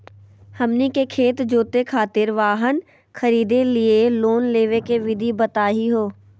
हमनी के खेत जोते खातीर वाहन खरीदे लिये लोन लेवे के विधि बताही हो?